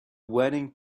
wedding